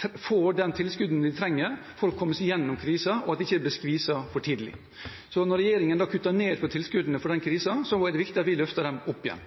de trenger for å komme seg gjennom krisen, og at de ikke blir skviset for tidlig. Når regjeringen da kutter ned på tilskuddene i krisen, er det viktig at vi løfter dem opp igjen.